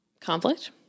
conflict